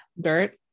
dirt